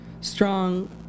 strong